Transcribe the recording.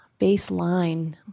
baseline